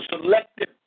selective